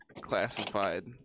classified